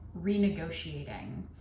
renegotiating